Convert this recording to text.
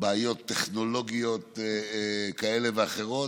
בעיות טכנולוגיות כאלה ואחרות,